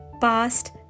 Past